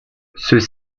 ceux